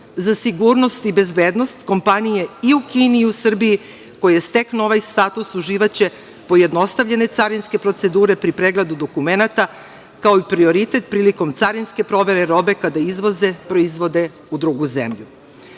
za sigurnost i bezbednost, kompanije i u Kini, i u Srbiji koje steknu ovaj status, uživaće pojednostavljene carinske procedure pri pregledu dokumenata, kao i prioritet prilikom carinske provere robe kada izvoze, proizvode u drugu zemlju.